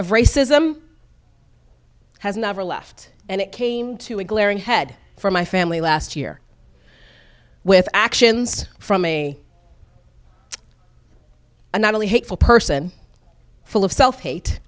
of racism has never left and it came to a glaring head for my family last year with actions from me and not only hateful person full of self hate